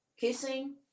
Kissing